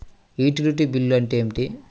Utility bill అంటే ఏమిటి?